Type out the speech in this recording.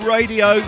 Radio